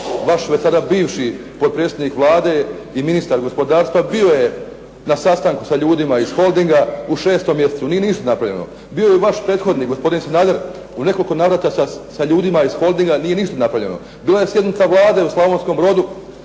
vaš već sada bivši potpredsjednik Vlade i ministar gospodarstva bio je na sastanku sa ljudima iz Holdinga u 6. mjestu, nije ništa napravljeno. Bio je i vaš prethodnik gospodin Sanader u nekoliko navrata sa ljudima iz Holdinga, nije ništa napravljeno. Bila je sjednica Vlade u Slavonskom Brodu